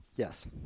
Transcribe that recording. Yes